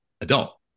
adult